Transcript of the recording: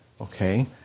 Okay